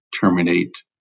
terminate